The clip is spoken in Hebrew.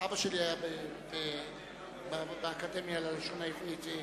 אבא שלי היה באקדמיה ללשון העברית,